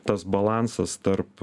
tas balansas tarp